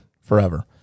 forever